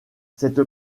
cette